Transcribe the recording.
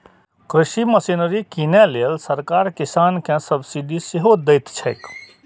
कृषि मशीनरी कीनै लेल सरकार किसान कें सब्सिडी सेहो दैत छैक